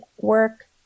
work